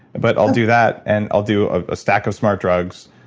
but i'll do that, and i'll do a stack of smart drugs.